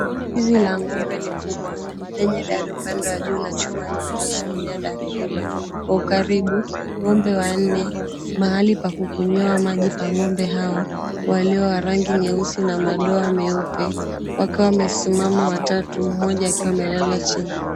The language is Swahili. Zizi la ng'ombe likubwa lenye dari upande wa juu na chuma zilizoshikilia chuma hiyo. Kwa ukaribu ng'ombe wanne mahali pa kukunywia maji. Ng'ombe hao walio na rangi nyeusi na madoa meupe wakiwa wamesimama watatu mmoja akiwa amelala chini.